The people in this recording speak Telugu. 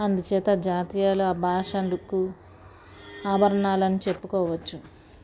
అందుచేత జాతీయాలు ఆ భాష అందుకు ఆభరణాలు అని చెప్పుకోవచ్చు